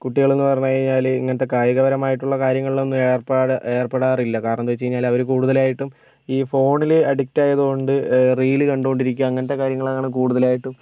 കുട്ടികളെന്ന് പറഞ്ഞു കഴിഞ്ഞാൽ ഇങ്ങനത്തെ കായികപരമായിട്ടുള്ള കാര്യങ്ങളിൽ ഒന്നും ഏർ ഏർപ്പെടാറില്ല കാരണമെന്ന് വച്ചു കഴിഞ്ഞാൽ അവർ കൂടുതലായിട്ടും ഈ ഫോണിന് അഡിക്റ്റ് ആയതുകൊണ്ട് റീല് കണ്ടുകൊണ്ടിരിക്കുക അങ്ങനത്തെ കാര്യങ്ങളാണ് കൂടുതലായിട്ടും